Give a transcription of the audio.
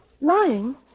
Lying